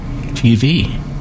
TV